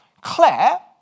Claire